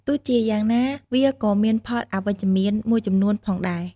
ទោះជាយ៉ាងណាវាក៏មាន ផលអវិជ្ជមាន មួយចំនួនផងដែរ។